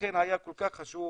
לכן היה כל כך חשוב